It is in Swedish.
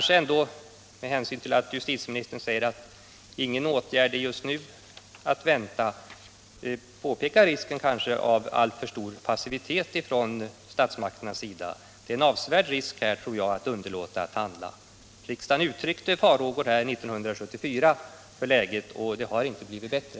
Eftersom justitieministern säger att ingen åtgärd just nu är att vänta vill jag nog peka på riskerna av alltför stor passivitet från statsmakternas sida. Det är förenat med avsevärda risker att underlåta att handla. Riksdagen uttryckte år 1974 farhågor för läget, och det har inte blivit bättre.